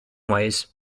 ways